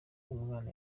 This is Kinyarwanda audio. umwana